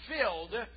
filled